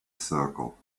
circle